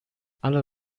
alle